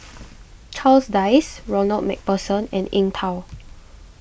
Charles Dyce Ronald MacPherson and Eng Tow